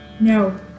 No